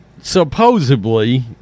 supposedly